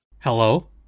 Hello